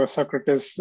Socrates